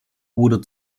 wurde